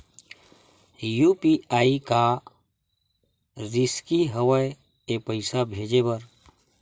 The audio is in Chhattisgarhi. यू.पी.आई का रिसकी हंव ए पईसा भेजे बर?